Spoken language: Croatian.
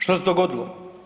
Što se dogodilo?